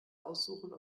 aussuchen